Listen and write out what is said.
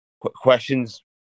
questions –